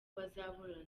bazaburanira